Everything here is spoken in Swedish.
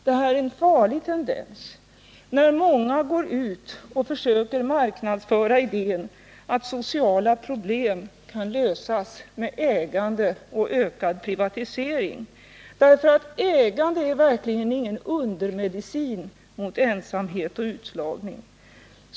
Det är en farlig tendens, när många går ut och försöker marknadsföra idén att sociala problem kan lösas med ägande och ökad privatisering. Ägande är verkligen ingen undermedicin mot ensamhet och utslagning.